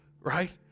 Right